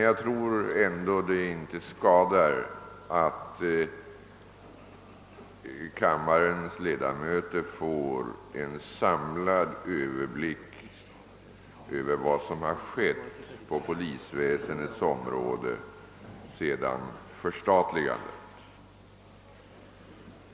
Jag tror ändock att det inte skadar att kammarens ledamöter får en samlad överblick över vad som skett på polisväsendets område efter förstatligandet.